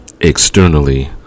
externally